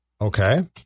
Okay